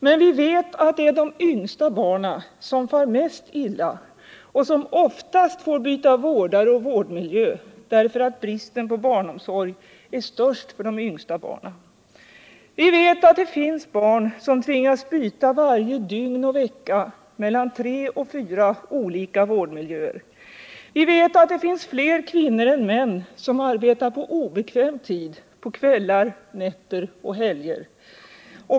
Men vi vet att de yngsta barnen far mest illa och oftast får byta vårdare och vårdmiljö därför att bristen på barnomsorg är störst för de yngsta barnen. Vi vet att det finns barn som tvingas byta varje dygn och vecka mellan tre och fyra olika vårdmiljöer. Vi vet också att fler kvinnor än män arbetar på obekväm tid på kvällar, nätter och helger.